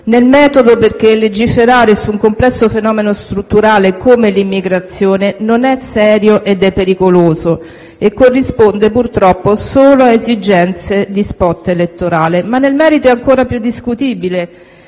Nel metodo perché legiferare con decreto-legge su un complesso fenomeno strutturale come l'immigrazione non è serio ed è pericoloso e corrisponde purtroppo solo a esigenze di *spot* elettorale. Ma nel merito è ancora più discutibile,